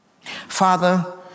Father